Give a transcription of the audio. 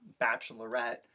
Bachelorette